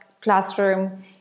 classroom